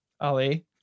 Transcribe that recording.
Ali